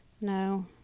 No